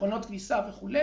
מכונות כביסה וכו',